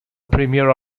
premiere